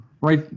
Right